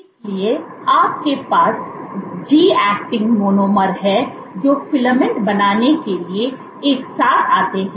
इसलिए आपके पास जी ऐक्टिन मोनोमर हैं जो फिलामेंट बनाने के लिए एक साथ आते हैं